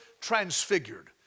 transfigured